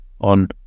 on